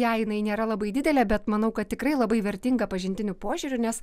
ją jinai nėra labai didelė bet manau kad tikrai labai vertinga pažintiniu požiūriu nes